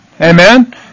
Amen